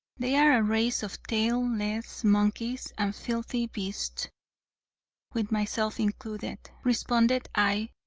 they are a race of tail-less monkeys and filthy beasts with myself included, responded i,